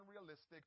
unrealistic